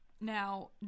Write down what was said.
Now